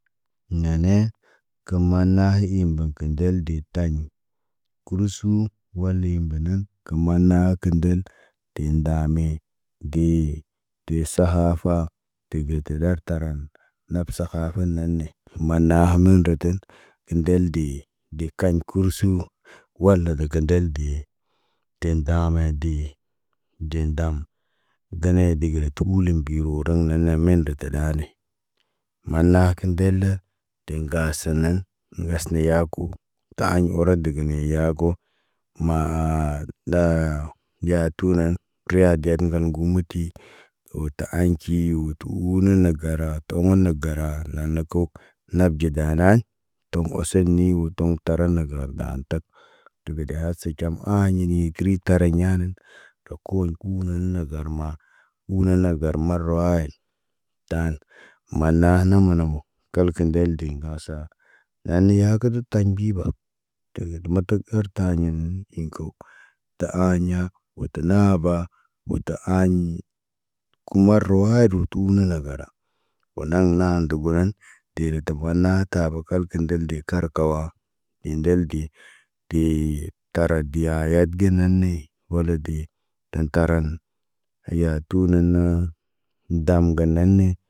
Naane kəmahe imbaŋg kə ndel de taɲ. Kurusuu wala i mbanan kəmanaa kə ndəl dee ndame. Dee, dee sahafa, deve tə ɗar taran, nap sahafa nane, man naha mən rətən. Indel dee, de kəraɲ kursu, wal la daka ndel dee, de ndamaa ya de, de ndam. Denee degele tə ulum biroo raŋg naane men rata ɗane. Maanna hakin dəl lə, de ŋgaasə nen, nuwesna yaaku, taaɲ oro digini yaako. Maa, daa, yaatu nan, təre yaad de ate ŋgal ŋgurmuti. Woo tə aaɲki wo tə tuu na na garato toman gara naana ko nab ɟidaana. Toŋg oseyni wo toŋg taranaa gal ɗaan tak. Tube daya see ɟam aaɲini yigi kiritariɲ ɲaanen, ta kuulu kuunan na garma. Uunan na gar marawaayit. Taan, manna namo namo, kəl kə ndel degi asa, naane hakədə taɲ mbiiba. Tə gədə mətək ərtaayin inko. Ta aaɲa, wo ta naaba, wo ta aaɲi. Ku marawaayit tuuna nagara. Wo naŋg naŋg ndogonan, dere tabaa na tabə balkə ndel de kar kawa. Endel de, dee tara deyayat ge nanee. Wala de, tan taran, yatu naannaa, dam gana ne.